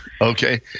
Okay